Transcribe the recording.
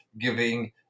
giving